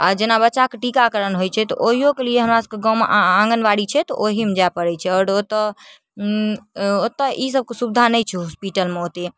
आओर जेना बच्चाके टीकाकरण होइ छै तऽ ओहियोके लिए हमरा सबके गाममे आङ्गनबाड़ी छै तऽ ओहीमे जाइ पड़य छै आओर ओतऽ ओतऽ ई सबके सुविधा नहि छै हॉस्पिटलमे ओते